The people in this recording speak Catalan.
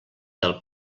del